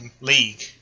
league